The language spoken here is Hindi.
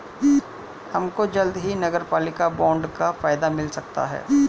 हमको जल्द ही नगरपालिका बॉन्ड का फायदा मिल सकता है